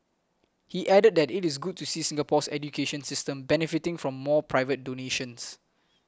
he added that it is good to see Singapore's education system benefiting from more private donations